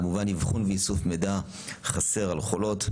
כמובן אבחון ואיסוף מידע חסר על חולות,